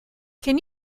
can